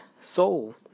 soul